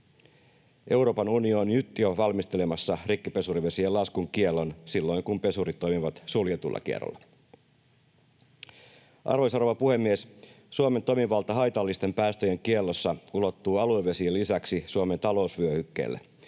Euroopan unioni on nyt jo valmistelemassa rikkipesurivesien laskun kiellon silloin, kun pesurit toimivat suljetulla kierrolla. Arvoisa rouva puhemies! Suomen toimivalta haitallisten päästöjen kiellossa ulottuu aluevesien lisäksi Suomen talousvyöhykkeelle.